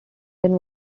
then